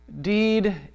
deed